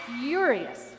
furious